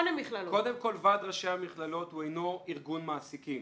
קודם כול ועד ראשי המכללות הוא אינו ארגון מעסיקים,